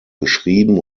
geschrieben